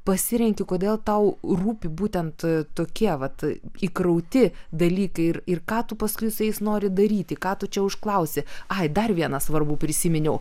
pasirenki kodėl tau rūpi būtent tokie vat įkrauti dalykai ir ir ką tu paskui su jais nori daryti ką tu čia užklausi ai dar vieną svarbų prisiminiau